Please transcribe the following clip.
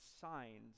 signs